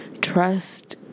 trust